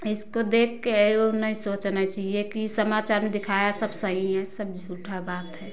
इसको देखके ओ नहीं सोचना चाहिए कि समाचार में दिखाया सब सही है सब झूठा बात है